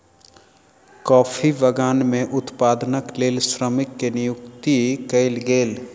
coffee बगान में उत्पादनक लेल श्रमिक के नियुक्ति कयल गेल